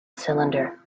cylinder